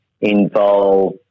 involve